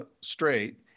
straight